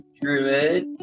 druid